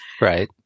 Right